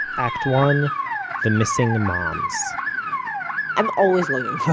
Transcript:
act one the missing moms i'm always looking for